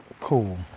cool